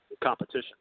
competition